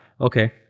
Okay